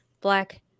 Black